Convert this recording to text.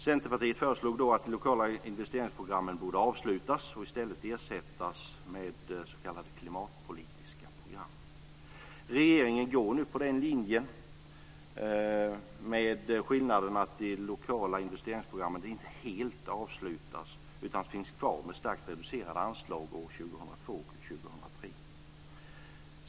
Centerpartiet föreslog då att de lokala investeringsprogrammen borde avslutas och i stället ersättas med s.k. klimatpolitiska program. Regeringen går nu på den linjen, med skillnaden att de lokala investeringsprogrammen inte helt avslutas utan finns kvar med starkt reducerade anslag år 2002 och 2003.